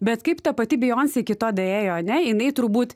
bet kaip ta pati bejoncė iki to daėjo ane jinai turbūt